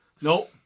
No